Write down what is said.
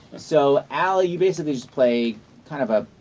so ali, you basically just play kind of ah.